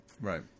Right